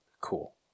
Cool